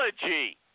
technology